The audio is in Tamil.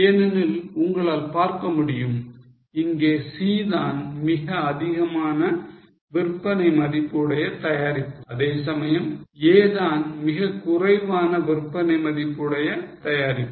ஏனெனில் உங்களால் பார்க்க முடியும் இங்கே C தான் மிக அதிகமான விற்பனை மதிப்பு உடைய தயாரிப்பு அதேசமயம் A தான் மிக குறைவான விற்பனை மதிப்பு உடைய தயாரிப்பு